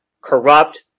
corrupt